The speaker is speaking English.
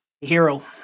hero